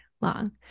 long